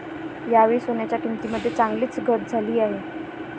यावेळी सोन्याच्या किंमतीमध्ये चांगलीच घट झाली आहे